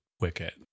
Wicket